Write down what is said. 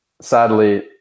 sadly